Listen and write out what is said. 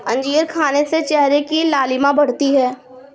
अंजीर खाने से चेहरे की लालिमा बढ़ती है